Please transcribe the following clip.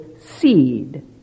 seed